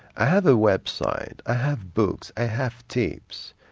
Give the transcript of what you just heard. i have a website, i have books, i have tapes,